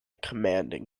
commanding